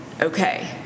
Okay